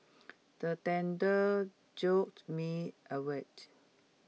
the thunder jolt me awake